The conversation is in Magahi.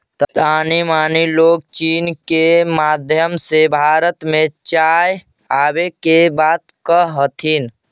तानी मनी लोग चीन के माध्यम से भारत में चाय आबे के बात कह हथिन